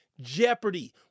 jeopardy